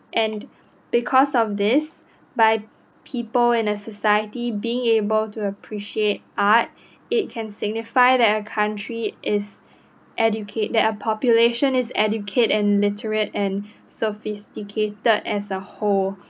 and because of this by people in the society being able to appreciate art it can signify that a country is educate~ that a population is educated and literate and sophisticated as a whole